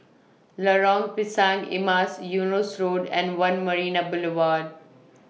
Lorong Pisang Emas Eunos Road and one Marina Boulevard